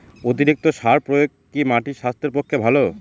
অতিরিক্ত সার প্রয়োগ কি মাটির স্বাস্থ্যের পক্ষে ভালো?